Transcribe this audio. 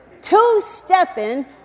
Two-stepping